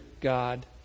God